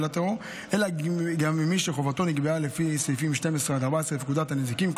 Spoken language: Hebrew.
הטרור אלא גם ממי שחבותו נקבעה לפי סעיפים 12 14 לפקודת הנזיקין,